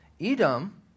Edom